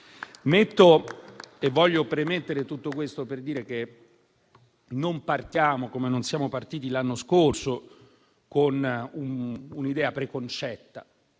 Voglio premettere tutto questo per dire che non partiamo, come non siamo partiti l'anno scorso, con un'idea preconcetta.